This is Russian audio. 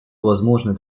возможное